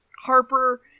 Harper